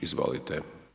Izvolite.